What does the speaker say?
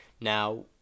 now